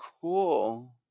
cool